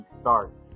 start